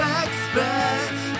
expect